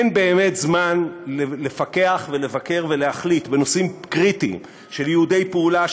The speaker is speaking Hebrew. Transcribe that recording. אין באמת זמן לפקח ולבקר ולהחליט בנושאים קריטיים של ייעודי פעולה,